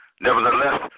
nevertheless